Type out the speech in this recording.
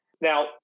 Now